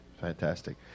Fantastic